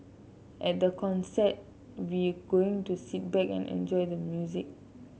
at the concert we going to sit back and enjoy the music